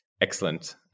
excellent